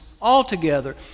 altogether